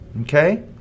Okay